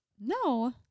No